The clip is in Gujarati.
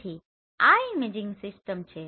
તેથી આ ઇમેજીંગ સિસ્ટમ છે